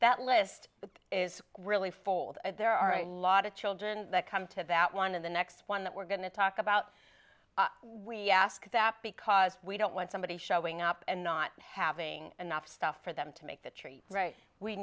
that list but is really full of it there are a lot of children that come to that one in the next one that we're going to talk about we ask that because we don't want somebody showing up and not having enough stuff for them to make the tree right we